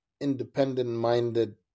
independent-minded